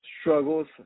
struggles